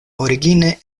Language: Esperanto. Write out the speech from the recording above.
origine